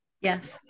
Yes